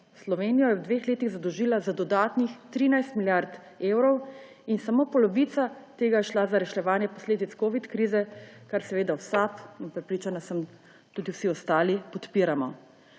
Slovenijo je v dveh letih zadolžila za dodatnih 13 milijard evrov in samo polovica tega je šla za reševanje posledic covid krize, kar seveda vsak, in prepričana sem tudi vsi ostali, podpiramo.